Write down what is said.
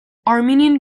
armenian